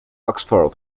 oxford